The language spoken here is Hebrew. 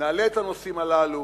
נעלה את הנושאים הללו.